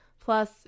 plus